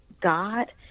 God